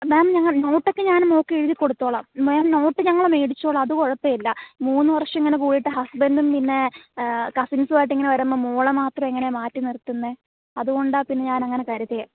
മേം ഞങ്ങൾ നോട്ട് ഒക്കെ ഞാൻ നോക്കി എഴുതി കൊടുത്തോളം മേം നോട്ട് ഞങ്ങൾ മേടിച്ചോളാം അത് കുഴപ്പം ഇല്ല മൂന്ന് വർഷം ഇങ്ങനെ പോയിട്ട് ഹസ്ബൻറ്റും പിന്നെ കസിൻസുമായിട്ട് ഇങ്ങനെ വരുമ്പം മോളെ മാത്രം എങ്ങനെയാ മാറ്റി നിർത്തുന്നത് അതുകൊണ്ടാ പിന്നെ ഞാൻ അങ്ങനെ കരുതിയത്